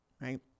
right